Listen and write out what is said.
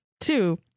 two